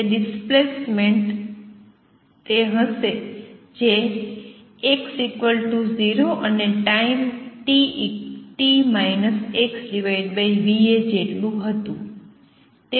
તે ડિસ્પ્લેસમેન્ટ તે હશે જે તે x ૦ અને ટાઈમ t - xv એ જેટલું હતું